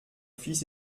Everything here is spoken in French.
fils